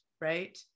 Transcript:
right